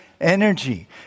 energy